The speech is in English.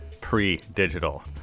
pre-digital